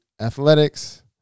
athletics